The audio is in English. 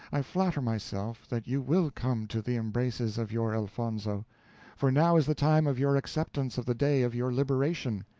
i flatter myself that you will come to the embraces of your elfonzo for now is the time of your acceptance of the day of your liberation.